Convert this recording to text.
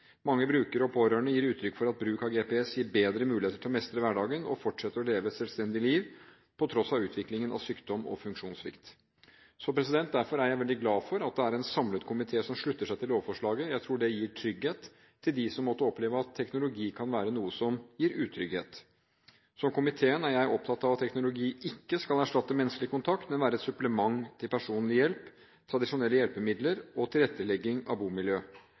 Mange brukere og pårørende gir uttrykk for at bruk av GPS gir bedre muligheter til å mestre hverdagen og fortsette å leve et selvstendig liv, på tross av utviklingen av sykdom og funksjonssvikt. Derfor er jeg veldig glad for at en samlet komité slutter seg til lovforslaget. Jeg tror dette forslaget gir trygghet til dem som måtte oppleve at teknologi kan være noe som gir utrygghet. Som komitéen er jeg opptatt av at ny teknologi ikke skal erstatte menneskelig kontakt, men være et supplement til personlig hjelp, tradisjonelle hjelpemidler og tilrettelegging av